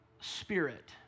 spirit